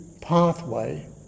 pathway